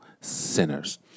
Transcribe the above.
sinners